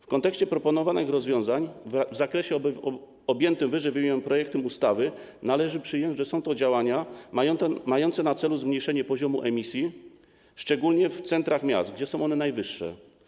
W kontekście proponowanych rozwiązań w zakresie objętym ww. projektem ustawy należy przyjąć, że są to działania mające na celu zmniejszenie poziomu emisji, szczególnie w centrach miast, gdzie jest on najwyższy.